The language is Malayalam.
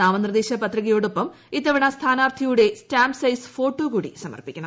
നാമനിർദേശ പത്രികയോള്ടിപ്പം ് ഇത്തവണ സ്ഥാനാർത്ഥിയുടെ സ്റ്റാംപ് സൈസ് ഫോട്ടോട്ട് സമർപ്പിക്കണം